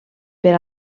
per